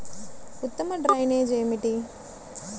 ఉత్తమ డ్రైనేజ్ ఏమిటి?